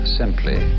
simply